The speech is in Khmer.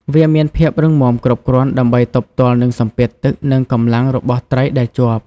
វាមានភាពរឹងមាំគ្រប់គ្រាន់ដើម្បីទប់ទល់នឹងសម្ពាធទឹកនិងកម្លាំងរបស់ត្រីដែលជាប់។